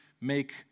make